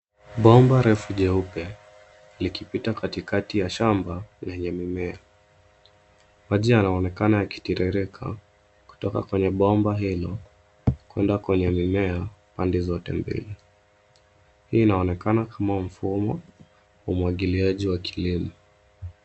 Bomba refu jeupe likipita katikati ya shamba lenye mimea. Maji yanaonekana yakitiririka kutoka kwenye bomba hilo kuenda kwenye mimea pande zote mbili. Hii inaonekana kama mfumo wa umwagiliaji wa kilele.